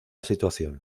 situación